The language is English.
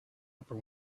upper